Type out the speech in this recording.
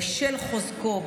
בשל חוזקו,